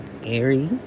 scary